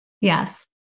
yes